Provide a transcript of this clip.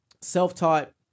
self-taught